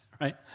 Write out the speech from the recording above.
Right